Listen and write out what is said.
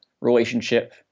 relationship